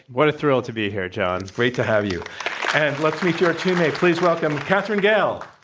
what a thrill to be here, john. it's great to have you. and let's meet your teammate. please welcome katherine gehl.